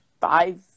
five